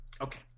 okay